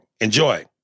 Enjoy